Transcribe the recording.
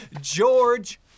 George